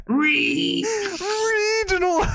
regional